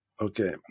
Okay